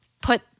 put